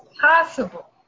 possible